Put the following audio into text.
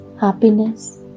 happiness